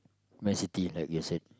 man-city like we have said